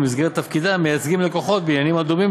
ובמסגרת תפקידם מייצגים לקוחות בעניינים הדומים